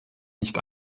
nicht